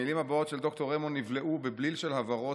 המילים הבאות של ד"ר רמו נבלעו בבליל של הברות,